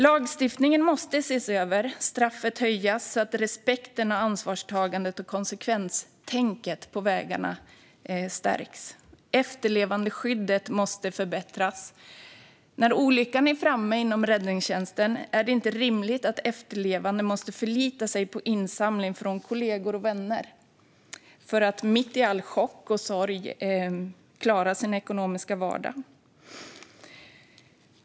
Lagstiftningen måste ses över och straffet höjas, så att respekten, ansvarstagandet och konsekvenstänket på vägarna stärks. Efterlevandeskyddet måste förbättras. När olyckan är framme inom räddningstjänsten är det inte rimligt att efterlevande måste förlita sig på insamling från kollegor och vänner för att de mitt i all chock och sorg ska kunna klara sin ekonomiska vardag.